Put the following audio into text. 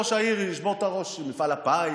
ישבור את הראש עם מפעל הפיס,